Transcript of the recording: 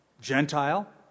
Gentile